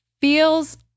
feels